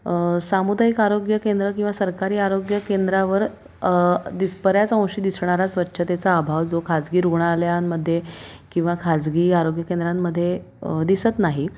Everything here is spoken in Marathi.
सामुदायिक आरोग्य केंद्र किंवा सरकारी आरोग्य केंद्रावर दिस बऱ्याच अंशी दिसणारा स्वच्छतेचा अभाव जो खाजगी रुग्णालयांमध्ये किंवा खाजगी आरोग्य केंद्रांमध्ये दिसत नाही